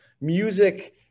Music